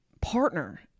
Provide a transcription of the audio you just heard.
partner